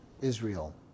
Israel